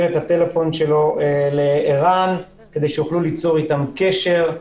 את הטלפון שלו לער"ן כדי שיוכלו ליצור איתם קשר,